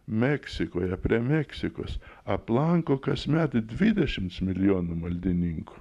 meksikoje prie meksikos aplanko kasmet dvidešimts milijonų maldininkų